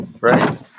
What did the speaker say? Right